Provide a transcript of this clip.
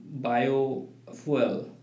biofuel